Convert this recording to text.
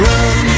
Run